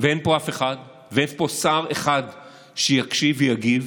ואין פה אף אחד, ואין פה שר אחד שיקשיב ויגיב,